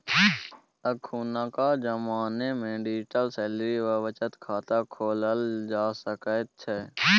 अखुनका जमानामे digital salary वा बचत खाता खोलल जा सकैत छै